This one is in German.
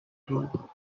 kann